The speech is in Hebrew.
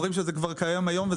אומרים שזה כבר קיים היום.